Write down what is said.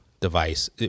device